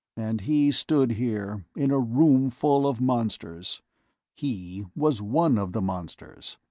and he stood here, in a room full of monsters he was one of the monsters